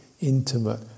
Intimate